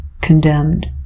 condemned